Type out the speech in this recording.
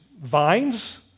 vines